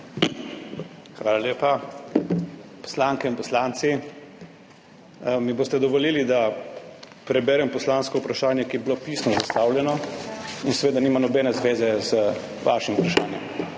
Hvala lepa. Poslanke in poslanci mi boste dovolili, da preberem poslansko vprašanje, ki je bilo pisno zastavljeno in seveda nima nobene zveze z vašim vprašanjem,